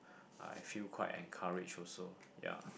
I feel quite encouraged also ya